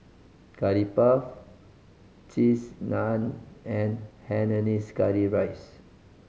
Curry Puff Cheese Naan and hainanese curry rice